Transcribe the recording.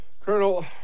Colonel